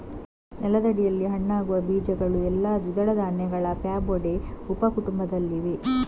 ನೆಲದಡಿಯಲ್ಲಿ ಹಣ್ಣಾಗುವ ಬೀಜಗಳು ಎಲ್ಲಾ ದ್ವಿದಳ ಧಾನ್ಯಗಳ ಫ್ಯಾಬೊಡೆ ಉಪ ಕುಟುಂಬದಲ್ಲಿವೆ